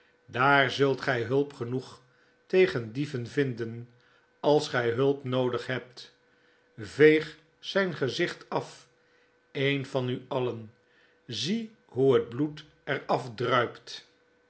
daar zulfc gy hulp genoeg tegen dieven vinden als gy hulp noodig hebt veeg zijn gezicht af een van u alien zie hoe het bloed er